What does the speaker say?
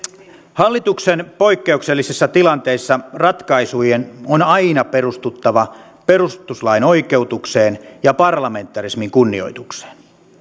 hallituksen poikkeuksellisissa tilanteissa ratkaisujen on aina perustuttava perustuslain oikeutukseen ja parlamentarismin kunnioitukseen